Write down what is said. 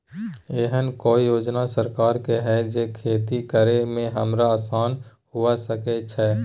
एहन कौय योजना सरकार के है जै खेती करे में हमरा आसान हुए सके छै?